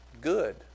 Good